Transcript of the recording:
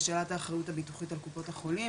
לשאלת האחריות הביטוחית על קופות החולים